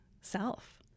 self